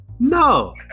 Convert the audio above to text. no